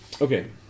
Okay